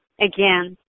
again